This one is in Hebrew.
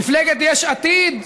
מפלגת יש עתיד,